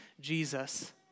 Jesus